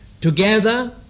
Together